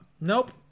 Nope